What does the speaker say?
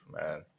man